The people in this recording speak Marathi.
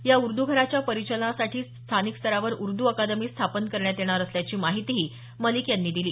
या उर्द घराच्या परिचालनासाठी स्थानिकस्तरावर उर्दू अकादमी स्थापन करण्यात येणार असल्याची माहितीही मलिक यांनी दिली